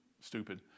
stupid